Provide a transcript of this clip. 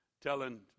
telling